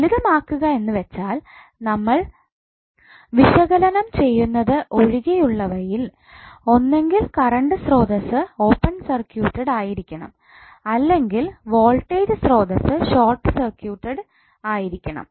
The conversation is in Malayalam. ലളിതമാക്കുക എന്നുവച്ചാൽ നമ്മൾ വിശകലനം ചെയ്യുന്നത് ഒഴികെയുള്ളവയിൽ ഒന്നെങ്കിൽ കറണ്ട് സ്രോതസ്സ് ഓപ്പൺ സർക്യൂട്ട്ടെഡ് ആയിരിക്കണം അല്ലെങ്കിൽ വോൾട്ടേജ് സ്രോതസ്സ് ഷോർട് സർക്യൂട്ട്ടെഡ് ആയിരിക്കണം